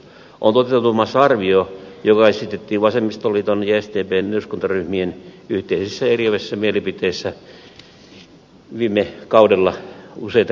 on toteutumassa arvio joka esitettiin vasemmistoliiton ja sdpn eduskuntaryhmien yhteisessä eriävässä mielipiteessä viime kaudella useita kertoja